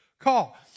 call